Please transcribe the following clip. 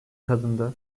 kadındı